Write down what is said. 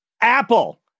Apple